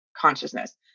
consciousness